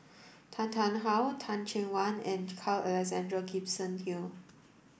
Tan Tarn How Teh Cheang Wan and Carl Alexander Gibson Hill